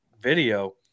video